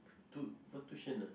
to for tuition ah